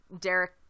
derek